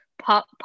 pop